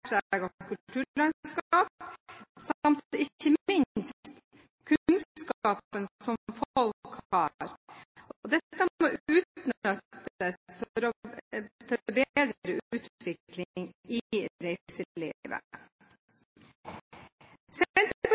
ikke minst kunnskapen som folk har. Dette må utnyttes for å få bedre utvikling i